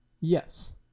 Yes